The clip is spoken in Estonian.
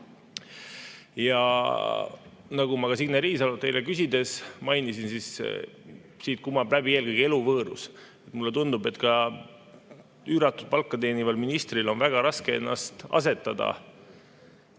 Nagu ma ka Signe Riisalolt eile küsides mainisin, siis siit kumab läbi eelkõige eluvõõrus. Mulle tundub, et ka üüratut palka teenival ministril on väga raske ennast asetada